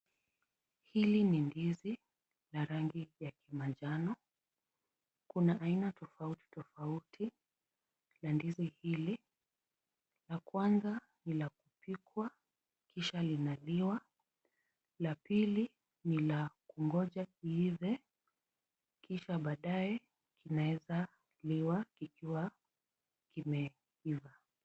Hili ni ndizi la rangi ya manjano. Kuna aina tofautitofauti za ndizi hili. Ya kwanza ni la kupikwa kisha inaliwa. La pili ni la kungoja iive kisha baadae inawezaliwa ikiwa imeiva.